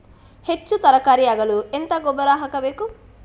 ಹೆಚ್ಚು ತರಕಾರಿ ಆಗಲು ಎಂತ ಗೊಬ್ಬರ ಹಾಕಬೇಕು?